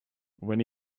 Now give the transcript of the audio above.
when